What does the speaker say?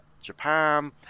Japan